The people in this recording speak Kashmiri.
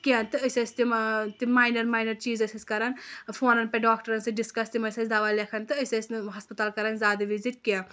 کینٛہہ تہٕ أسۍ ٲسۍ تِم مینَر مینَر چیٖز ٲسۍ أسۍ کران فونن پٮ۪ٹھ ڈاکٹرن سۭتۍ ڈِسکس تِم ٲسۍ اَسہِ دوہ لٮ۪کھان تہٕ أسۍ ٲسۍ نہٕ ہسپَتال کران زیادٕ وِزِٹ کیٚنٛہہ